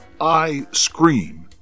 iScream